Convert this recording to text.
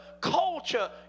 culture